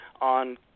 on